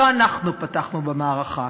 לא אנחנו פתחנו במערכה,